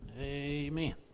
Amen